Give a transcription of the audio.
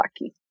lucky